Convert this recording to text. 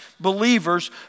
believer's